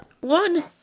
One